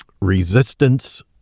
resistance